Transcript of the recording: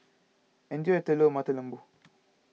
enjoy your Telur Mata Lembu